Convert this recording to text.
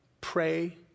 Pray